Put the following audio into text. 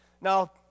Now